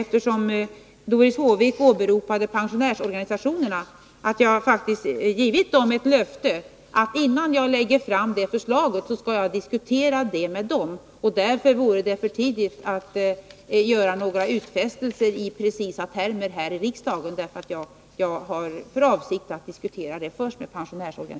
Eftersom Doris Håvik åberopade pensionärsorganisationerna vill jag gärna tillägga att jag faktiskt givit dem ett löfte att jag innan jag lägger fram det här förslaget skall diskutera det med dem. Därför är det i dag för tidigt att göra några utfästelser i precisa termer här i riksdagen.